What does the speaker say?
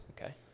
Okay